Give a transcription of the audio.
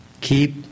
keep